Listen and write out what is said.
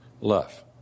love